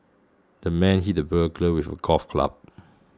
the man hit the burglar with golf club